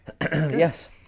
Yes